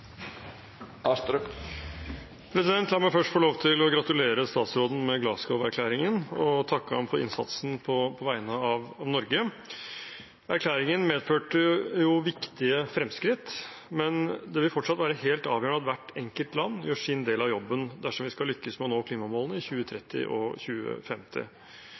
La meg først få lov til å gratulere statsråden med Glasgow-erklæringen og takke ham for innsatsen på vegne av Norge. Erklæringen medførte jo viktige fremskritt, men det vil fortsatt være helt avgjørende at hvert enkelt land gjør sin del av jobben dersom vi skal lykkes med å nå klimamålene i 2030 og 2050.